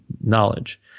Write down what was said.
knowledge